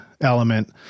element